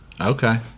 Okay